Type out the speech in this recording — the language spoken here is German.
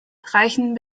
reichen